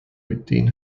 within